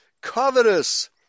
covetous